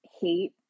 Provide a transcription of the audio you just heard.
hate